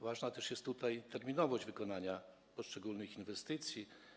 Ważna też jest tutaj terminowość wykonania poszczególnych inwestycji.